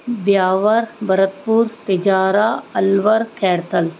Beawar Bharatpur Tijara Alwar Khairthal